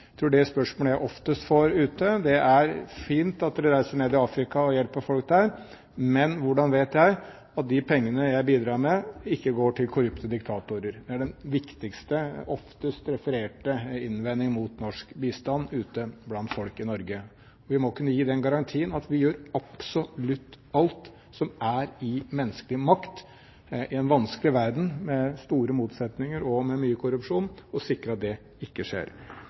tror det spørsmålet jeg oftest får ute, er at det er fint at dere reiser til Afrika og hjelper folk der, men hvordan vet jeg at de pengene jeg bidrar med, ikke går til korrupte diktatorer? Det er den viktigste og oftest refererte innvending mot norsk bistand ute blant folk i Norge. Vi må kunne gi den garantien at vi gjør absolutt alt som er i menneskelig makt i en vanskelig verden, med store motsetninger og med mye korrupsjon, for å sikre at det ikke skjer.